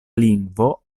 lingvo